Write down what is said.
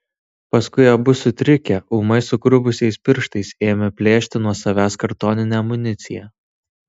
paskui abu sutrikę ūmai sugrubusiais pirštais ėmė plėšti nuo savęs kartoninę amuniciją